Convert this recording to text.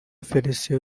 felicien